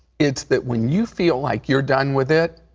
it's that when you feel like you're done with it,